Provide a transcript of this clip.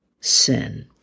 sin